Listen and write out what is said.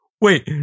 Wait